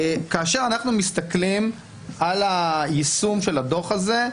כאשר אנחנו מסתכלים על היישום של הדוח הזה,